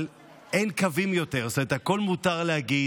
אבל אין קווים יותר, הכול מותר להגיד.